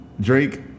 Drake